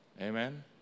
Amen